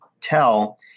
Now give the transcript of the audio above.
tell